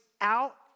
out